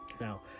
Now